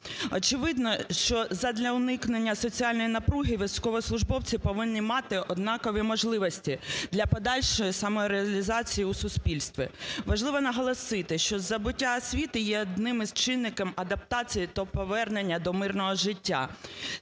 Очевидно, що задля уникнення соціальної напруги, військовослужбовці повинні мати однакові можливості для подальшої самореалізації у суспільстві. Важливо наголосити, що здобуття освіти є одним із чинників адаптації та повернення до мирного життя.